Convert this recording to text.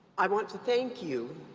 i want to thank you,